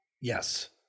Yes